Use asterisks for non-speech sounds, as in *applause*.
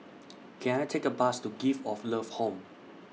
*noise* Can I Take A Bus to Gift of Love Home